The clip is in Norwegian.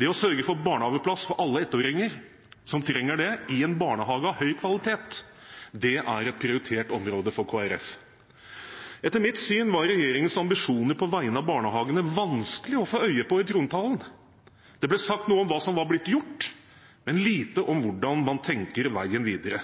Det å sørge for barnehageplass for alle ettåringer som trenger det, i en barnehage av høy kvalitet, er et prioritert område for Kristelig Folkeparti. Etter mitt syn var regjeringens ambisjoner på vegne av barnehagene vanskelig å få øye på i trontalen. Det ble sagt noe om hva som er blitt gjort, men lite om hvordan man tenker veien videre.